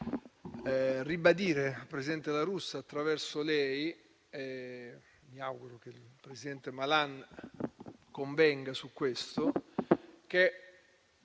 vorrei ribadire al presidente La Russa, attraverso lei - e mi auguro che il presidente Malan convenga su questo - che